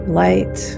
light